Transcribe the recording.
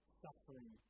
suffering